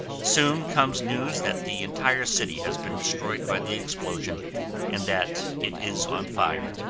soon comes news that the entire city has been destroyed by the explosion and that it is on fire.